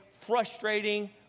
frustrating